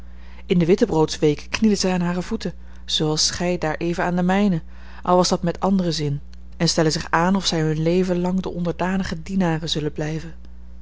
in de wittebroodsweken knielen zij aan hare voeten zooals gij daareven aan de mijne al was dat met anderen zin en stellen zich aan of zij hun leven lang de onderdanige dienaren zullen blijven